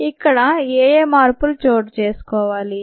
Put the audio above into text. కాబట్టి ఇక్కడ ఏయే మార్పులు చోటు చేసుకోవాలి